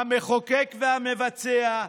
"המחוקק והמבצע",